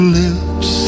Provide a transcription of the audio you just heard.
lips